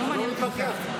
זה לא מעניין אותי בכלל.